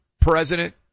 president